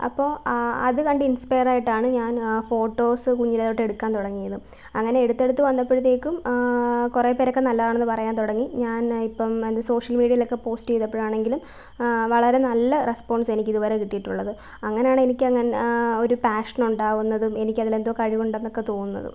അപ്പോൾ അത് കണ്ട് ഇൻസ്പെയറായിട്ടാണ് ഞാൻ ഫോട്ടോസ് കുഞ്ഞിലേ തൊട്ടേ എടുക്കാൻ തുടങ്ങിയതും അങ്ങനെ എടുത്തെടുത്ത് വന്നപ്പോഴത്തേക്കും കുറേ പേരൊക്കെ നല്ലതാണെന്ന് പറയാൻ തുടങ്ങി ഞാൻ ഇപ്പം എൻ്റെ സോഷ്യൽ മീഡിയയിലൊക്കെ പോസ്റ്റ് ചെയ്തപ്പോഴാണെങ്കിലും വളരെ നല്ല റെസ്പോൻസ് എനിക്കിതുവരെ കിട്ടിയിട്ടുള്ളത് അങ്ങനെയാണ് എനിക്ക് അങ്ങനെ ഒരു പാഷനുണ്ടാകുന്നതും എനിക്ക് അതിൽ എന്തോ കഴിവുണ്ടെന്നൊക്കെ തോന്നുന്നതും